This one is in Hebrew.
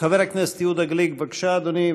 חבר הכנסת יהודה גליק, בבקשה, אדוני.